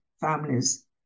families